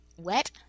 wet